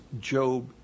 Job